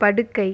படுக்கை